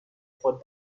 خود